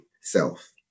self